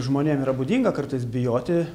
žmonėm yra būdinga kartais bijoti